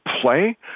play